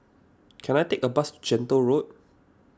can I take a bus to Gentle Road